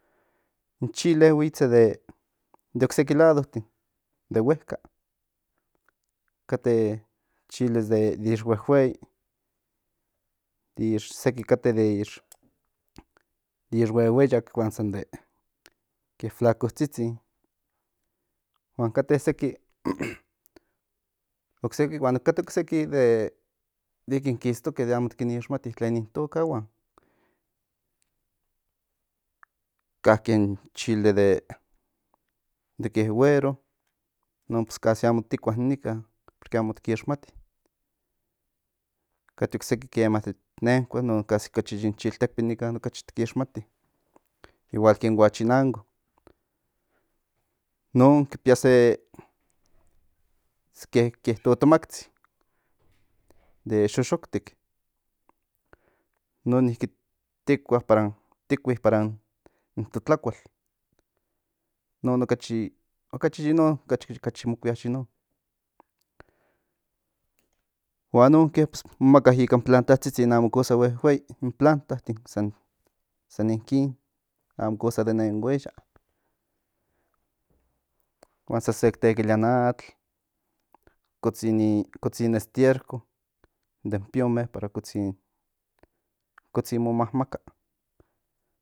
In chili huitze de ocseki ladotin de huekahui kate chili de ixhuehuei ix seki kate de ix huehuelik huan de de ixflakotsitsinn huan kate seki de okin kistoke de amo ti kin ixmati tlen itokahuan kan in chili de ke güero inon casi amo tikua in nikan porque amo ti kixmati kate ocseki kema det nenkua inon casi ocachi yin chiltekpin nikan ocachi ti kixmati igual ken huachinango inon pía se le totomaktsin de xoxoktik inon niki tikua para tikui para in to tlakual in non okachi yin non okachi mo kuia yin non huan in nokse mokaka ika in plantatsitsi amo kosa huehuei in plantatin san inkon amo kosa de nen hueya huan san sek temilia in atl cotsin estierco den piome para kotsin mo mamaka